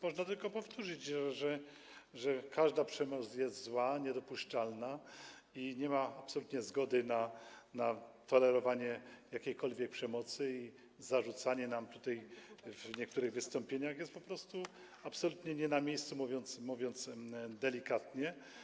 Można tylko powtórzyć, że każda przemoc jest zła, niedopuszczalna, nie ma absolutnie zgody na tolerowanie jakiejkolwiek przemocy i zarzucanie nam tego tutaj w niektórych wystąpieniach jest po prostu absolutnie nie na miejscu, mówiąc delikatnie.